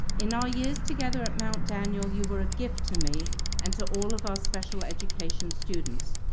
in our years together at mount daniel you were a gift to me and to all of our special education students.